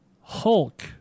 Hulk